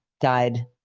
died